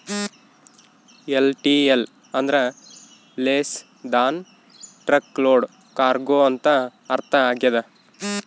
LTL ಅಂದ್ರ less than truck load cargo ಅಂತ ಅರ್ಥ ಆಗ್ಯದ